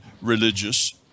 religious